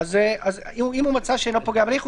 זה יהיה: אם הוא מצא שאינו פוגע בהליך,